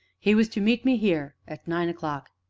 he was to meet me here at nine o'clock.